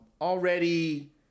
Already